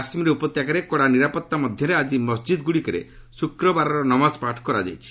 କାଶ୍କୀର ଉପତ୍ୟକାରେ କଡ଼ା ନିରାପତ୍ତା ମଧ୍ୟରେ ଆକି ମସଜିଦ୍ଗୁଡ଼ିକରେ ଶୁକ୍ରବାରର ନମାଜପାଠ କରାଯାଇଛି